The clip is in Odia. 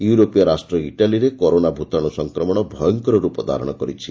ୟୁରୋପୀୟ ରାଷ୍ଟ୍ର ଇଟାଲୀରେ କରୋନା ଭୂତାଣୁ ସଂକ୍ରମଣ ଭୟଙ୍କର ରୂପ ଧାରଣ କରିଛି